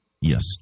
Yes